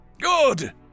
Good